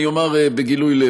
אני אומר בגילוי לב,